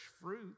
fruit